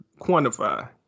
quantify